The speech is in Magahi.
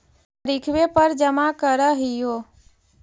तरिखवे पर जमा करहिओ?